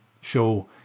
show